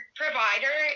provider